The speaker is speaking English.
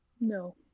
No